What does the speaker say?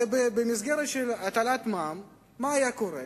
הרי במסגרת של הטלת מע"מ מה היה קורה?